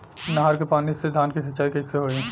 नहर क पानी से धान क सिंचाई कईसे होई?